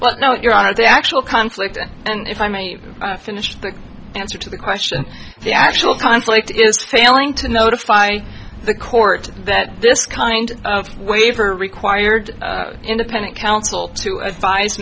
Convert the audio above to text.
but now your honor the actual conflict and if i may finish the answer to the question the actual conflict is tailing to notify the court that this kind of waiver required independent counsel to advise